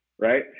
Right